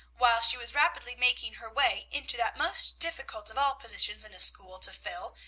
while she was rapidly making her way into that most difficult of all positions in a school to fill,